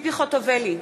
ציפי חוטובלי,